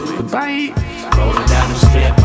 Goodbye